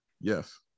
Yes